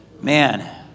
man